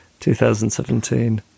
2017